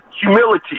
humility